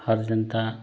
हर जनता